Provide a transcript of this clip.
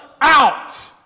out